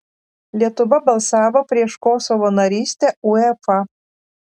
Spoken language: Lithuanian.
lietuva balsavo prieš kosovo narystę uefa